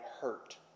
hurt